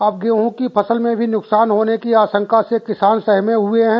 अब गेहूं की फसल में भी नुकसान होने की आशंका से किसान सहमे हुए हैं